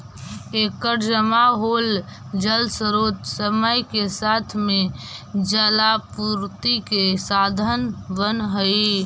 एकर जमा होल जलस्रोत समय के साथ में जलापूर्ति के साधन बनऽ हई